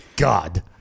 God